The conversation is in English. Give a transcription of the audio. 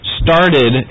started